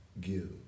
give